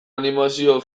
animazio